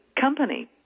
company